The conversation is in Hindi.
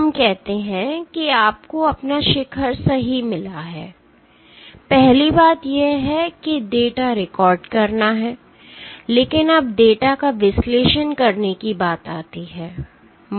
आइए हम कहते हैं कि आपको अपना शिखर सही मिला है पहली बात यह है कि डेटा रिकॉर्ड करना है लेकिन अब डेटा का विश्लेषण करने की बात आती है